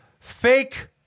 Fake